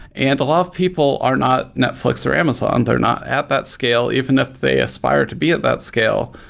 and lot of people are not netflix or amazon. they're not at that scale even if they aspire to be at that scale.